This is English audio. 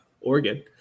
Oregon